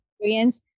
experience